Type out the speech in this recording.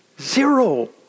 Zero